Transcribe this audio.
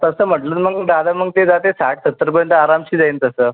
तसं म्हटलं मग दादा मग ते जाते साठ सत्तरपर्यंत आरामशीर येईन तसं